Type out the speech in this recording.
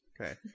Okay